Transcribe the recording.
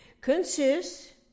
consists